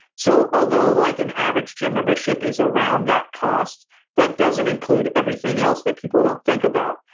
so, although, like an average gym membership is around that cost that doesn't include everything else that people don't think about.